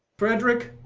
frederick.